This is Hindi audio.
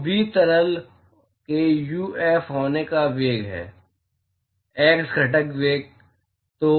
हाँ v तरल के uf होने का वेग है एक्स घटक वेग